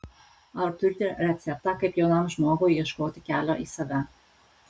ar turite receptą kaip jaunam žmogui ieškoti kelio į save